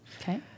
Okay